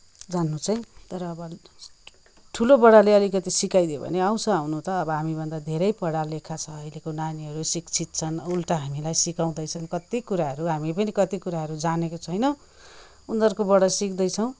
जान्नु चाहिँ तर अब ठुलोबडाले अलिकति सिकाइदियो भने आउँछ आउन त अब हामीभन्दा धेरै पढालिखा छ अहिलेको नानीहरू शिक्षित छन् उल्टा हामीलाई सिकाउँदै छन् कति कुराहरू हामीले पनि कति कुराहरू जानेका छैनौँ उनीहरूकोबाट सिक्दैछौँ